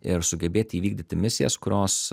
ir sugebėti įvykdyti misijas kurios